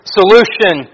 solution